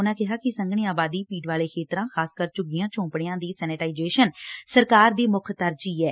ਉਨ੍ਹਂ ਕਿਹਾ ਕਿ ਸੰਘਣੀ ਆਬਾਦੀ ਭੀੜ ਵਾਲੇ ਖੇਤਰਾਂ ਖਾਸਕਰ ਝੁਗੀਆਂ ਝੋਪੜੀਆਂ ਦੀ ਸੈਨੇਟਾਈਜੇਸ਼ਨ ਸਰਕਾਰ ਦੀ ਮੁੱਖ ਤਰਜੀਹ ਏ